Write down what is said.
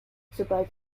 sobald